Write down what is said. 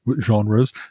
genres